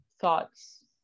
thoughts